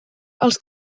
els